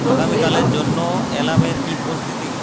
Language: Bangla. আগামীকালের জন্য অ্যালার্মের কী পরিস্থিতি